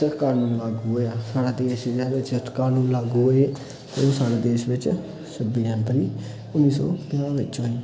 कानून लागू होया साढा देश एह्दे बिच कानून लागू होये ते ओह् साढ़े देश बिच छब्बी जनवरी उ'न्नी सौ पंजाह् बिच होई